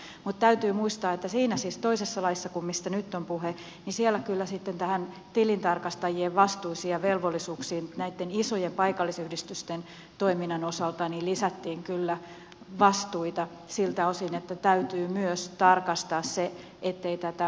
mutta täytyy muistaa että siinä siis toisessa laissa kuin nyt on puhe näihin tilintarkastajien vastuisiin ja velvollisuuksiin näitten isojen paikallisyhdistysten toiminnan osalta lisättiin kyllä vastuita siltä osin että täytyy myös tarkastaa se ettei tätä vaalirahoituslainsäädäntöä ole kierretty